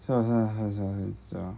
可是我真的很想睡觉